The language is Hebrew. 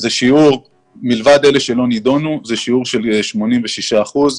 זה שיעור, מלבד אלה שלא נדונו, של 86 אחוזים.